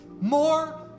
More